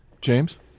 James